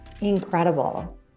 incredible